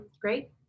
Great